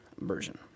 version